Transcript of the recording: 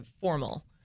formal